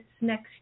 next